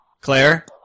Claire